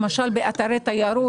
למשל באתרי תיירות,